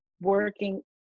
working